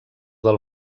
del